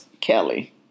kelly